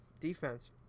defense